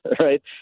right